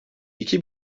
iki